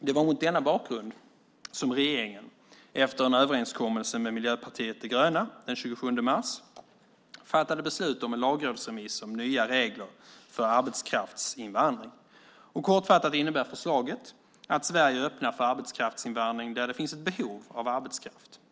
Det var mot denna bakgrund som regeringen efter en överenskommelse med Miljöpartiet de gröna den 27 mars fattade beslut om en lagrådsremiss om nya regler för arbetskraftsinvandring. Kortfattat innebär förslaget att Sverige öppnar för arbetskraftsinvandring där det finns ett behov av arbetskraft.